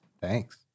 Thanks